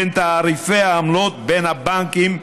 בתעריפי העמלות, בין הבנקים.